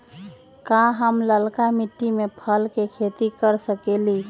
का हम लालका मिट्टी में फल के खेती कर सकेली?